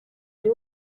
lui